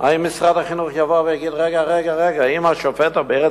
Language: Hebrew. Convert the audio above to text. חבר הכנסת אלדד, האם הוא הוציא לך את המלים מהפה?